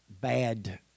bad